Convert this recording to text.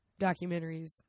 documentaries